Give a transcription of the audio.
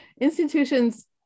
Institutions